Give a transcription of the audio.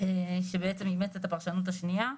שבעצם אימץ את הפרשנות השנייה,